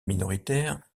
minoritaire